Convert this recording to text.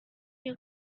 you